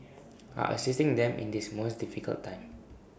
are assisting them in this most difficult time